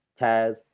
Taz